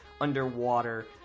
underwater